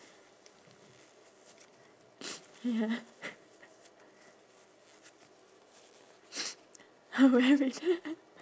I will wear red